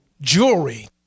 jewelry